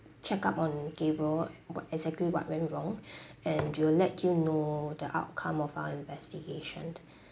check up on gabriel what exactly what went wrong and we'll let you know the outcome of our investigation